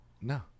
No